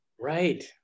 Right